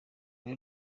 rero